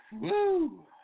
Woo